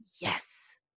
yes